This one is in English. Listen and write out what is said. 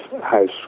house